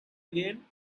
again